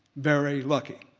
very lucky.